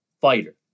fighter